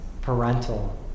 parental